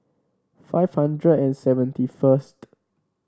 five hundred and seventy first